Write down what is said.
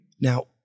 Now